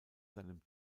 seinem